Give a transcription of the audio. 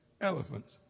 Elephants